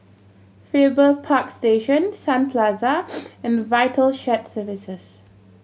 Farrer Park Station Sun Plaza and Vital Shared Services